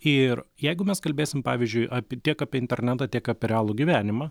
ir jeigu mes kalbėsim pavyzdžiui apie tiek apie internetą tiek apie realų gyvenimą